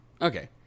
Okay